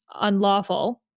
unlawful